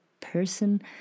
person